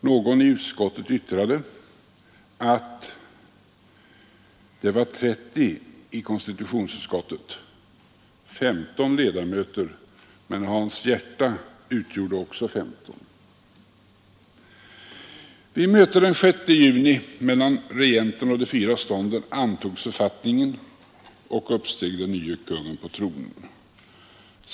Någon i utskottet yttrade att det var 30 i utskottet, 15 ledamöter men Hans Järta utgjorde också 15. Vid mötet den 6 juni mellan regenten och de fyra stånden antogs författningen och uppsteg den nye kungen på tronen.